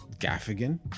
Gaffigan